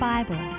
Bible